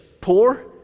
poor